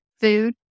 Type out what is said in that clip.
food